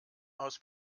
aus